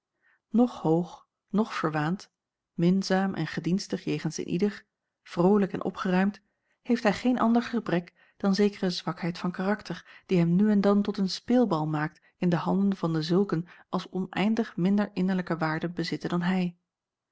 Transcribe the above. noch hoog noch verwaand minzaam en gedienstig jegens een ieder vrolijk en opgeruimd heeft hij geen ander gebrek dan zekere zwakheid van karakter die hem nu en dan tot een speelbal maakt in de handen van dezulken als oneindig minder innerlijke waarde bezitten dan hij